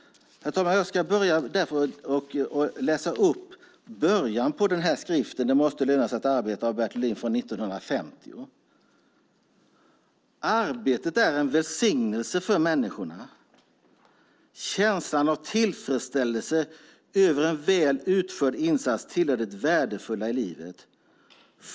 Herr talman! Jag ska därför läsa upp början på skriften Det måste löna sig att arbeta av Bertil Ohlin från 1950. Det står: "Arbetet är en välsignelse för människorna. Känslan av tillfredsställelse över en väl utförd insats tillhör det värdefulla i livet.